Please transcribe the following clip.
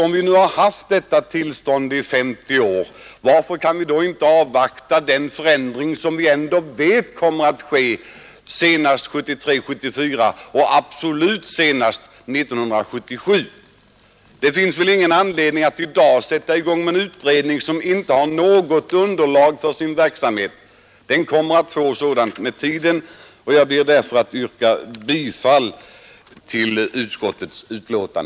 Vi har ju haft nuvarande tillstånd i 50 år. Varför kan vi då inte avvakta den förändring som vi ändå vet kommer att ske senast 1973-1974 och absolut senast 1977? Det finns väl ingen anledning att i dag sätta i gång en utredning som inte har något underlag för sin verksamhet. Den kommer att få ett sådant med tiden. Jag ber därför att få yrka bifall till utskottets hemställan.